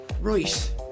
Right